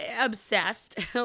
obsessed